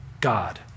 God